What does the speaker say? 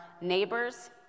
neighbors